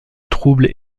troubles